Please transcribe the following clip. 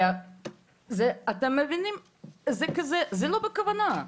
זה לא בכוונה,